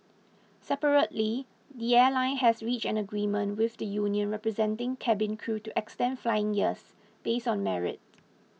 separately the airline has reached an agreement with the union representing cabin crew to extend flying years based on merit